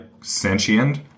sentient